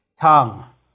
tongue